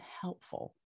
helpful